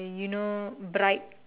you know bright